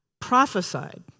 prophesied